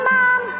Mom